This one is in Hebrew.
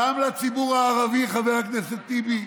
גם לציבור הערבי, חבר הכנסת טיבי.